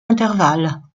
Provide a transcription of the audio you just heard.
intervalles